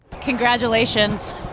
Congratulations